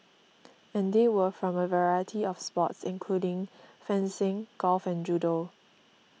and they were from a variety of sports including fencing golf and judo